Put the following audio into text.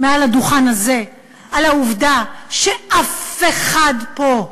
פה מעל הדוכן הזה על העובדה שאף אחד פה,